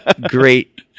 Great